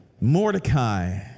Mordecai